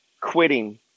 quitting